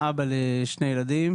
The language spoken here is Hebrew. אבא לשני ילדים